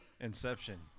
Inception